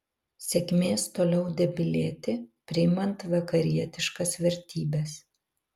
sėkmės toliau debilėti priimant vakarietiškas vertybes